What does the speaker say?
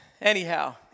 Anyhow